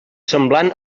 semblant